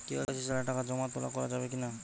KYC ছাড়া টাকা জমা তোলা করা যাবে কি না?